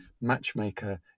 matchmaker